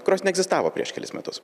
kurios neegzistavo prieš kelis metus